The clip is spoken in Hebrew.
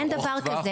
אין דבר כזה.